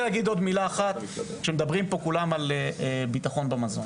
כשמדברים על ביטחון במזון,